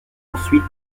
ensuite